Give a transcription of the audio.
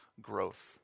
growth